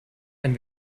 ein